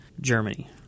Germany